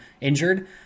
injured